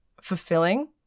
fulfilling